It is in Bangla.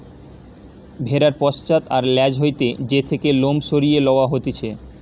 ভেড়ার পশ্চাৎ আর ল্যাজ হইতে যে থেকে লোম সরিয়ে লওয়া হতিছে